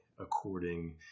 according